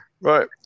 Right